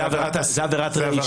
זה עבירת הרישה.